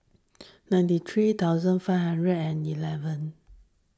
ninety three thousand five hundred and eleven